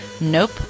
Nope